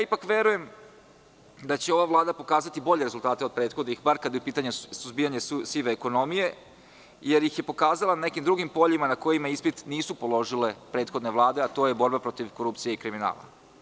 Ipak, verujem da će ova Vlada pokazati bolje rezultate od prethodnih, bar kada je upitanju suzbijanje sive ekonomije, jer ih je pokazala na nekim drugim poljima na kojima ispit nisu položile prethodne Vlade, a to je borba protiv korupcije i kriminala.